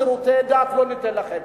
שירותי דת לא ניתן לכם.